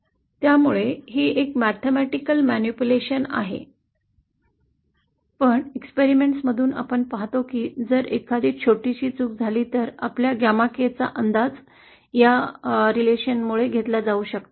त्यामुळे ही एक गणिती इच्छित हालचाल आहे पण प्रयोगांमधून आपण पाहतो की जर एखादी छोटीशी चूक झाली तर आपल्या गॅमा केचा अंदाज या नातेसंबंधामुळे घेतला जाऊ शकतो